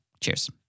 Cheers